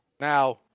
Now